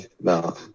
no